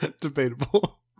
debatable